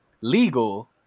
legal